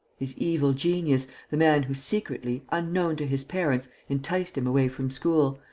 his evil genius, the man who, secretly, unknown to his parents, enticed him away from school,